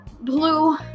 blue